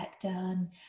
done